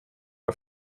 har